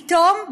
ופתאום,